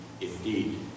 indeed